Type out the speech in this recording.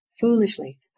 Foolishly